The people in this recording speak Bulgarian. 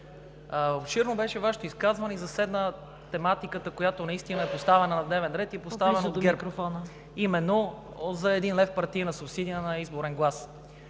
обширно беше Вашето изказване и засегна тематиката, която наистина е поставена на дневен ред – и е поставена от ГЕРБ, а именно за 1 лев партийна субсидия на изборен глас.